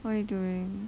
what are you doing